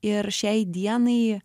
ir šiai dienai